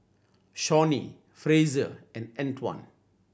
Shawnee Frazier and Antwan